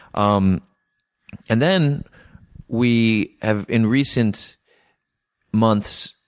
um and then we have, in recent months,